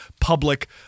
public